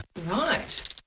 Right